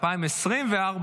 2024,